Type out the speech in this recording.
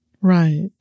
Right